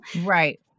right